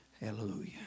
Hallelujah